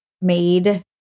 made